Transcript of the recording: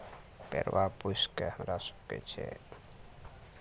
परबा पोसि कऽ हमरा सभके जे छै